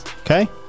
Okay